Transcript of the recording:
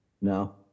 No